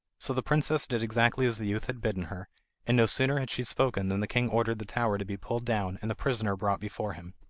so the princess did exactly as the youth had bidden her and no sooner had she spoken than the king ordered the tower to be pulled down, and the prisoner brought before him.